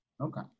Okay